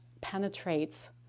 penetrates